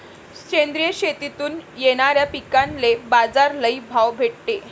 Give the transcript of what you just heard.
सेंद्रिय शेतीतून येनाऱ्या पिकांले बाजार लई भाव भेटते